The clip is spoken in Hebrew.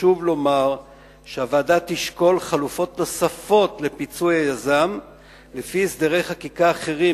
חשוב לומר שהוועדה תשקול חלופות לפיצוי היזם לפי הסדרים אחרים,